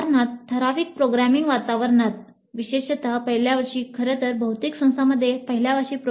उदाहरणार्थ ठराविक प्रोग्रामिंग वातावरणात विशेषत पहिल्या वर्षी